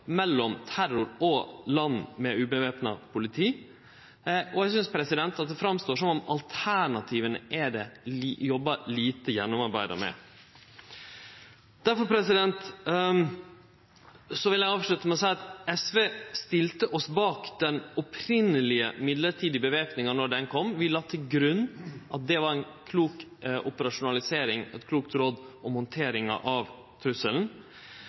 mellom terror og land med uvæpna politi, og eg synest det framstår som om alternativa er lite gjennomarbeidde. Derfor vil eg avslutte med å seie at SV stilte seg bak den opphavlege mellombelse væpninga då ho kom. Vi la til grunn at det var ei klok operasjonalisering og eit klokt råd om handteringa av